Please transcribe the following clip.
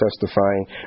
testifying